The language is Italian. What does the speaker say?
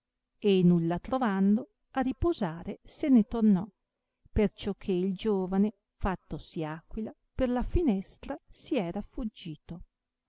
e nulla trovando a riposare se ne tornò perciò che il giovane fattosi aquila per la finestra si era fuggito